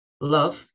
love